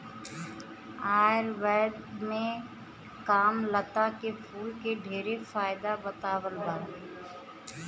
आयुर्वेद में कामलता के फूल के ढेरे फायदा बतावल बा